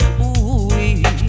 ooh-wee